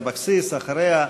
אחריה,